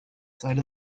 side